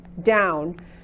down